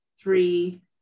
three